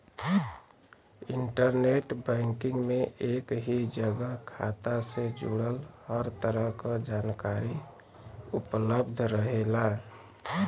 internet banking में एक ही जगह खाता से जुड़ल हर तरह क जानकारी उपलब्ध रहेला